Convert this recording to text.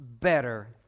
better